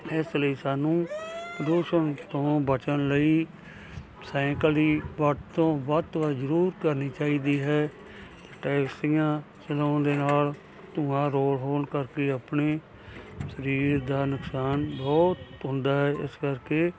ਇਸ ਲਈ ਸਾਨੂੰ ਪ੍ਰਦੂਸ਼ਣ ਤੋਂ ਬਚਣ ਲਈ ਸਾਈਂਕਲ ਦੀ ਵਰਤੋਂ ਵੱਧ ਤੋਂ ਵੱਧ ਜ਼ਰੂਰ ਕਰਨੀ ਚਾਹੀਦੀ ਹੈ ਟੈਕਸੀਆਂ ਚਲਾਉਣ ਦੇ ਨਾਲ ਧੂਆਂ ਰੋਲ ਹੋਣ ਕਰਕੇ ਆਪਣੇ ਸਰੀਰ ਦਾ ਨੁਕਸਾਨ ਬਹੁਤ ਹੁੰਦਾ ਹੈ ਇਸ ਕਰਕੇ